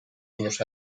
unos